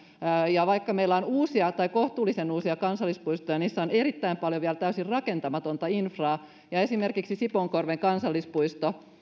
ja vaikka meillä on uusia tai kohtuullisen uusia kansallispuistoja niissä on erittäin paljon vielä täysin rakentamatonta infraa ja esimerkiksi sipoonkorven kansallispuisto